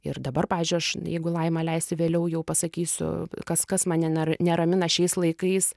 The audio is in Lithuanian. ir dabar pavyzdžiui aš jeigu laima leisti vėliau jau pasakysiu kas kas mane ne neramina šiais laikais